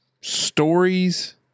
stories